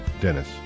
Dennis